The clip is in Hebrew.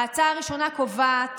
ההצעה הראשונה קובעת